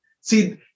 See